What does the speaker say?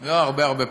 לא, הרבה הרבה פחות.